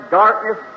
darkness